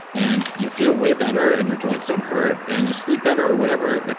and you feel way better and your joints don't hurt and you sleep better or whatever,